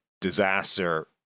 disaster